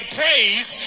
praise